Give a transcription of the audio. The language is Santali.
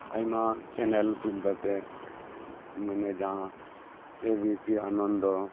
ᱟᱭᱢᱟ ᱪᱮᱱᱮᱞ ᱛᱩᱫ ᱠᱟᱛᱮᱜ ᱢᱟᱱᱮ ᱡᱟᱦᱟᱸ ᱮ ᱵᱤ ᱯᱤ ᱟᱱᱚᱱᱫᱚ